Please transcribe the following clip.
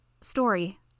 story